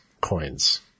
coins